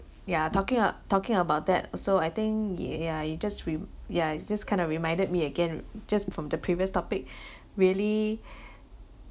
ya talking a~ talking about that so I think yeah you just re~ yeah it's just kind of reminded me again just from the previous topic really